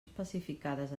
especificades